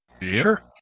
Sure